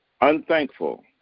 unthankful